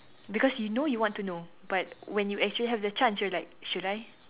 because you know you want to know but when you actually have the chance you're like should I